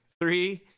Three